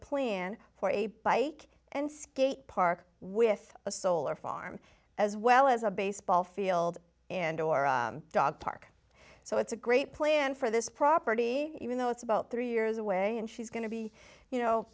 plan for a bike and skate park with a solar farm as well as a baseball field and or a dog park so it's a great plan for this property even though it's about three years away and she's going to be you know